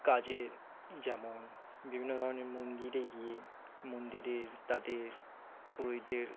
কাজে যেমন বিভিন্ন ধরনের মন্দিরে গিয়ে মন্দিরের তাদের পুরোহিতদের